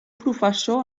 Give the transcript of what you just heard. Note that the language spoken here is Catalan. professor